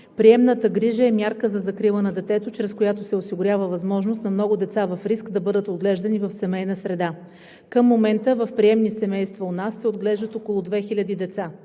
приемната грижа е мярка за закрила на детето, чрез която се осигурява възможност на много деца в риск да бъдат отглеждани в семейна среда. Към момента в приемни семейства у нас се отглеждат около 2000 деца.